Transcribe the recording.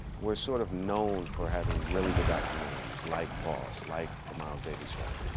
we're sort of known for having really good documentaries, like boss, like the miles davis film.